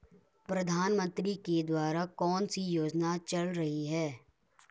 प्रधानमंत्री के द्वारा कौनसी योजनाएँ चल रही हैं?